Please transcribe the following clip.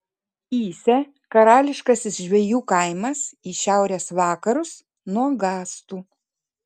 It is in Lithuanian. įsė karališkasis žvejų kaimas į šiaurės vakarus nuo gastų